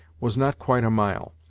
was not quite a mile,